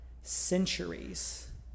centuries